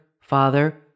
father